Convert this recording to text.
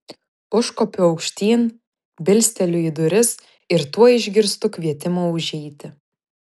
užkopiu aukštyn bilsteliu į duris ir tuoj išgirstu kvietimą užeiti